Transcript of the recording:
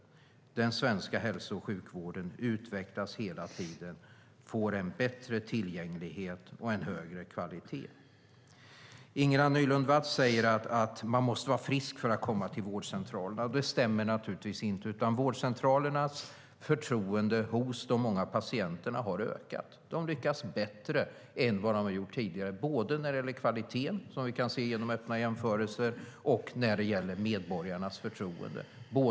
Den svenska hälso och sjukvården utvecklas hela tiden, får en bättre tillgänglighet och en högre kvalitet. Ingela Nylund Watz säger att man måste vara frisk för att komma till vårdcentralen. Det stämmer naturligtvis inte. Vårdcentralernas förtroende hos de många patienterna har ökat. De lyckas bättre än vad de har gjort tidigare när det gäller både kvalitet, som vi kan se genom öppna jämförelser, och medborgarnas förtroende.